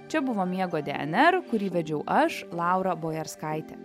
čia buvo miego dnr kurį vedžiau aš laura bojarskaitė